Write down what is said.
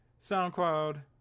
SoundCloud